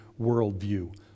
worldview